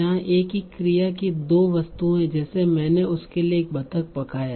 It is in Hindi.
जहाँ एक ही क्रिया की दो वस्तुएँ हैं जैसे मैंने उसके लिए एक बतख पकाया